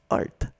art